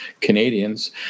Canadians